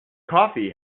coffee